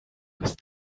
ist